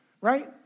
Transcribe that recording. right